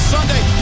Sunday